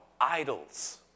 idols